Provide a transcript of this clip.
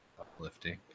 uplifting